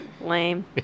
Lame